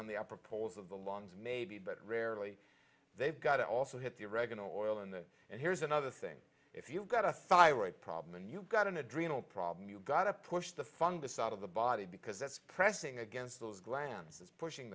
on the upper poles of the longs maybe but rarely they've got to also hit the oregano oil and the and here's another thing if you've got a thyroid problem and you've got an adrenal problem you've got to push the fungus out of the body because that's pressing against those glands that's pushing